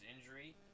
injury